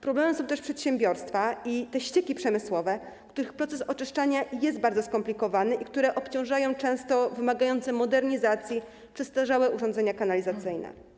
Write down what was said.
Problemem są też przedsiębiorstwa i te ścieki przemysłowe, w których proces oczyszczania jest bardzo skomplikowany i które obciążają często wymagające modernizacji przestarzałe urządzenia kanalizacyjne.